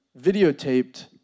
videotaped